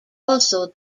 also